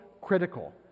critical